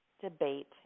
debate